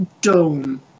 dome